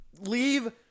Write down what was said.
leave